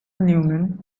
newman